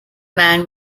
man